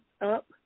up